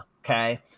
Okay